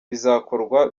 bizakorwa